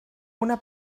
una